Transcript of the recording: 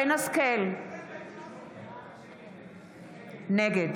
נגד